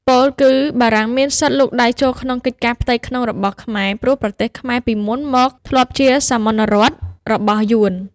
ពោលគឺបារាំងមានសិទ្ធិលូកដៃចូលក្នុងកិច្ចការផ្ទៃក្នុងរបស់ខ្មែរ ព្រោះប្រទេសខ្មែរពីមុនមកធ្លាប់ជាសាមន្តរដ្ឋរបស់យួន។